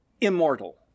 immortal